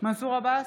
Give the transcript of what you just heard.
מנסור עבאס,